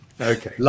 Okay